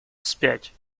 вспять